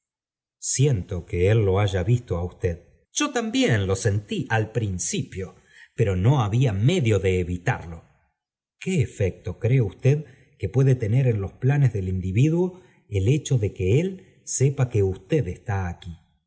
siento que él lo haya visto á usted yo también lo sentí al principio pero no había medio de evitarlo qué efecto cree usted que puede tener en los planes del individuo el hecho de que él sepa que usted está aquí